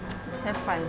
have fun